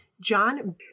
John